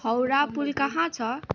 हाउडा पुल कहाँ छ